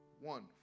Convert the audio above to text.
One